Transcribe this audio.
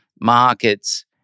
markets